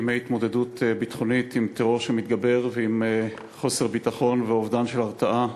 ימי התמודדות ביטחונית עם טרור שמתגבר ועם חוסר ביטחון ואובדן של הרתעה,